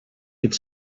could